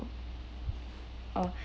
or